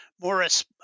Morris